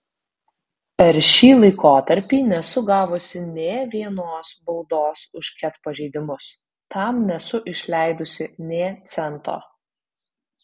per šį laikotarpį nesu gavusi nė vienos baudos už ket pažeidimus tam nesu išleidusi nė cento